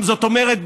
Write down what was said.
זאת אומרת,